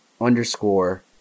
underscore